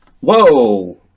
whoa